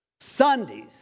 Sundays